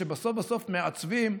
שבסוף בסוף הם מעצבים,